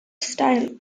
style